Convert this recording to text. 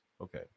okay